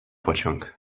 pociąg